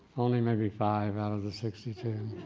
only maybe five out of the sixty two